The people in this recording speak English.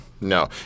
no